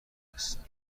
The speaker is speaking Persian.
هستن